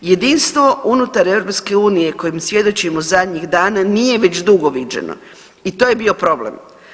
Jedinstvo unutar EU kojem svjedočimo zadnjih dana nije već dugo viđeno i to je bio problem.